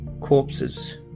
corpses